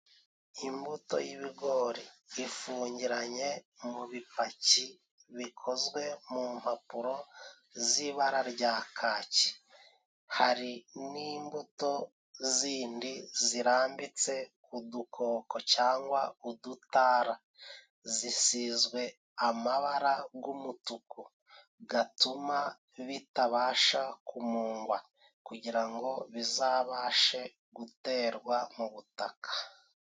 Imbuto y'ibigori ifungiranye mu bipaki bikozwe mu mpapuro z'ibara rya kaki, hari n'imbuto zindi zirambitse ku dukoko cyangwa ku dutara, zisizwe amabara g'umutuku gatuma bitabasha kumungwa kugira ngo bizabashe guterwa mu butaka.